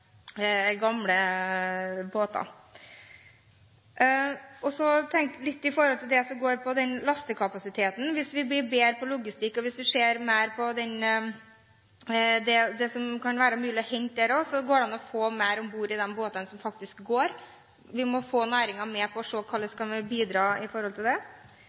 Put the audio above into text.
som går på lastekapasitet: Hvis vi blir bedre på logistikk, og hvis vi ser mer på det som kan være mulig å hente der, kan man få mer om bord i de båtene som faktisk går. Vi må få næringen med på å se på hvordan vi kan bidra til det.